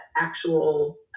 actual